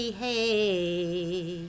hey